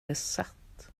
besatt